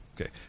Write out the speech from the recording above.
Okay